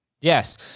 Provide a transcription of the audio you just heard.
Yes